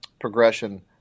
progression